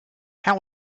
how